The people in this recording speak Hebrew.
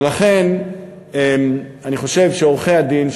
ולכן אני חושב שעורכי-הדין,